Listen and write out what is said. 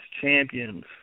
champions